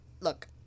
look